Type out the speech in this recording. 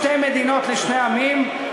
לא שתי מדינות לשני עמים,